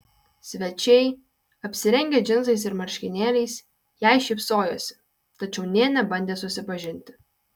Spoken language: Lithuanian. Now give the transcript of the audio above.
svečiai apsirengę džinsais ir marškinėliais jai šypsojosi tačiau nė nebandė susipažinti